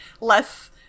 less